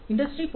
industry 4